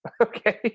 Okay